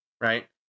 right